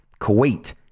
Kuwait